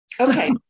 Okay